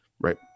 right